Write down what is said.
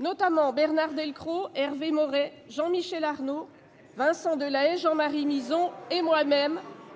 notamment Bernard Delcros, Hervé Maurey, Jean-Michel Arnaud, Vincent Delahaye, Jean-Marie Mizzon et moi-même,